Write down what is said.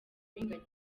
w’ingagi